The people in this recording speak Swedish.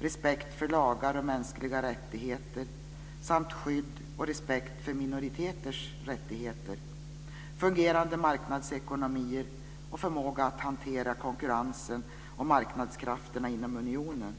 respekt för lagar och mänskliga rättigheter samt skydd och respekt för minoriteters rättigheter, fungerande marknadsekonomier och förmåga att hantera konkurrensen och marknadskrafterna inom unionen.